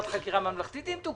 הממשלה תקבל החלטה.